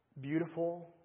Beautiful